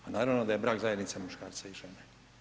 Pa naravno da je brak zajednica muškarca i žene.